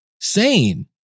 sane